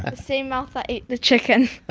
ah same mouth that ate the chicken